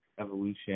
Evolution